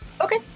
Okay